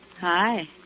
Hi